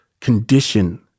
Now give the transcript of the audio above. condition